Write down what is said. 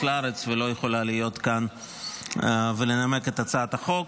לארץ ולא יכולה להיות פה ולנמק את הצעת החוק.